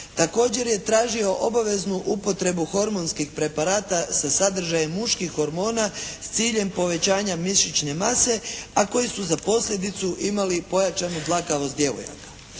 Također je tražio obaveznu upotrebu hormonskih preparata sa sadržajem muških hormona s ciljem povećanja mišićne mase, a koji su za posljedicu imali povećanu dlakavost djevojaka.